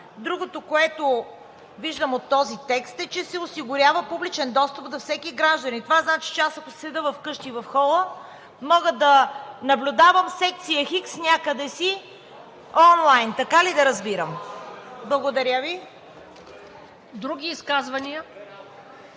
Другото, което виждам от този текст, е, че се осигурява публичен достъп до всеки гражданин. Това означава, че аз, ако седя вкъщи в хола, мога да наблюдавам секция „Х“ някъде си онлайн? Така ли да разбирам? Благодаря Ви. ПРЕДСЕДАТЕЛ